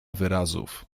wyrazów